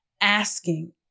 asking